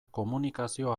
komunikazio